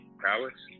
prowess